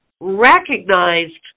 recognized